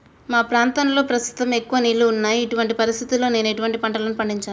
మా ప్రాంతంలో ప్రస్తుతం ఎక్కువ నీళ్లు ఉన్నాయి, ఇటువంటి పరిస్థితిలో నేను ఎటువంటి పంటలను పండించాలే?